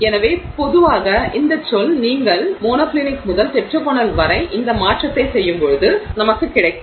எனவே பொதுவாக இந்த சொல் நீங்கள் மோனோக்ளினிக் முதல் டெட்ராகோனல் வரை இந்த மாற்றத்தை செய்யும்போது எங்களுக்கு கிடைக்கும்